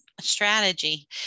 strategy